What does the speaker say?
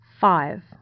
Five